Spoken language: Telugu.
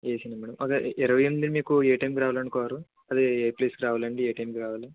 ఏసినా మేడం అదే ఇరవై ఎనిమిదిన మీకు ఏ టైమ్కి రావాలండి కారు అదే ఏ ప్లేస్కి రావాలండి ఏ టైమ్కి రావాలి